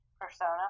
Persona